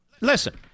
listen